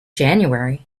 january